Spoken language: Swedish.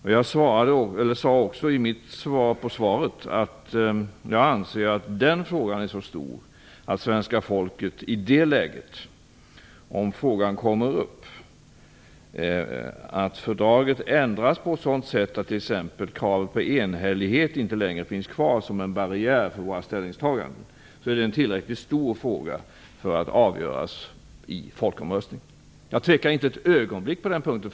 I mitt inlägg efter det att svar getts här sade jag ju att jag anser att den frågan är så stor att svenska folket i det läget, om frågan kommer upp om att fördraget ändras på ett sådant sätt att t.ex. kravet på enhällighet inte längre finns kvar som en barriär för våra ställningstaganden, skall avgöra den i en folkomröstning. Jag tvekar inte ett ögonblick på den punkten.